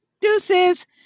Deuces